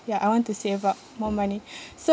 ya I want to save up more money so